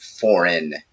foreign